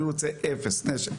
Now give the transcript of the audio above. אני רוצה אפס נשק.